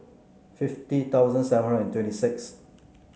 fifty thousand seven hundred and twenty six